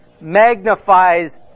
magnifies